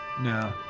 No